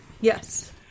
Yes